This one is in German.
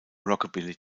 rockabilly